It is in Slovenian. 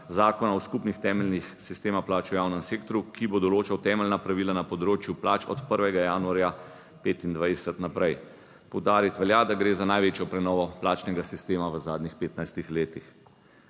zakona o skupnih temeljih sistema plač v javnem sektorju, ki bo določal temeljna pravila na področju plač od 1. januarja 2025 naprej. Poudariti velja, da gre za največjo prenovo plačnega sistema v zadnjih 15 letih.